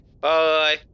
Bye